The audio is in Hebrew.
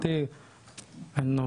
יצאתי מהכפר וישנתי ברחוב לתקופה ארוכה.